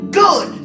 good